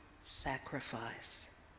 sacrifice